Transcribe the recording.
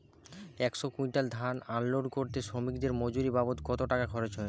একশো কুইন্টাল ধান আনলোড করতে শ্রমিকের মজুরি বাবদ কত টাকা খরচ হয়?